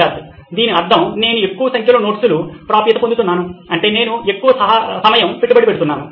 సిద్ధార్థ్ దీని అర్థం నేను ఎక్కువ సంఖ్యలో నోట్స్కు ప్రాప్యత పొందుతున్నాను అంటే నేను ఎక్కువ సమయం పెట్టుబడి పెడుతున్నాను